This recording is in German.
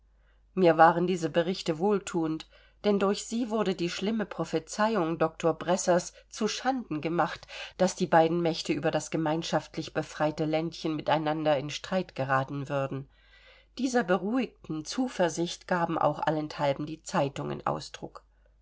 mir waren diese berichte wohlthuend denn durch sie wurde die schlimme prophezeiung doktor bressers zu schanden gemacht daß die beiden mächte über das gemeinschaftlich befreite ländchen miteinander in streit geraten würden dieser beruhigten zuversicht gaben auch allenthalben die zeitungen ausdruck